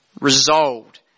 resolved